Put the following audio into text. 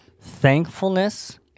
Thankfulness